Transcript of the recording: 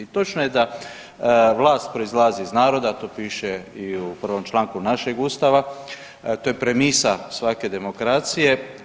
Točno je da vlast proizlazi iz naroda, to piše i u prvom članku našeg ustava, to je premisa svake demokracije.